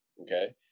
okay